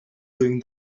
doing